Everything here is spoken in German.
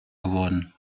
geworden